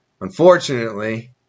unfortunately